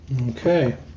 Okay